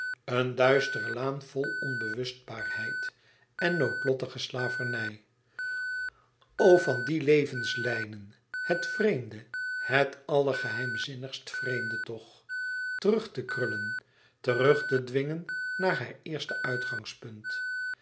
een duistere laan vol onbewustbaarheid en noodlottige slavernij o van die levenslijnen het vreemde het allergeheimzinnigst vreemde toch terug te krullen terug te dwingen naar haar eerste uitgangspunt